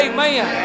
Amen